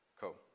Cool